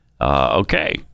Okay